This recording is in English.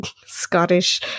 Scottish